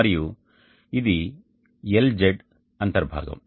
మరియు ఇది LZ అంతర్భాగం